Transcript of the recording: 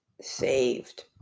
saved